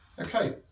Okay